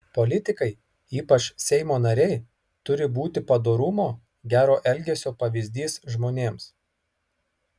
politikai ypač seimo nariai turi būti padorumo gero elgesio pavyzdys žmonėms